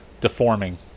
deforming